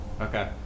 Okay